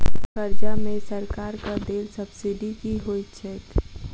कर्जा मे सरकारक देल सब्सिडी की होइत छैक?